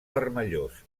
vermellós